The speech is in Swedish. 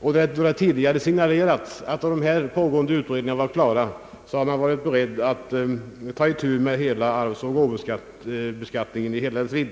Det har tidigare signalerats att då dessa pågående utredningar var klara var finansministern beredd att ta itu med arvsoch gåvobeskattningen i hela dess vidd.